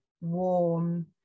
warm